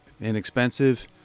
Inexpensive